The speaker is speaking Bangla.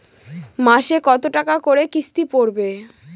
মাসে কত টাকা করে কিস্তি পড়বে?